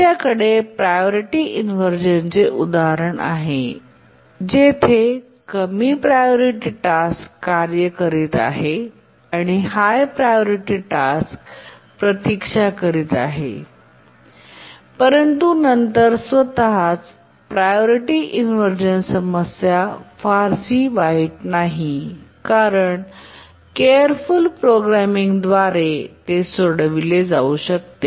आमच्याकडे priority inversion उदाहरण आहे जेथे कमी प्रायोरिटी टास्क कार्य करीत आहे आणि हाय प्रायोरिटी टास्क प्रतीक्षा करीत आहे परंतु नंतर स्वतःच प्रायोरिटी इनव्हर्जन समस्या फारशी वाईट नाही कारण केअरफूल प्रोग्रामिंग द्वारे ते सोडवले जाऊ शकते